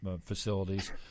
facilities